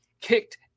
kicked